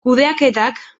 kudeaketak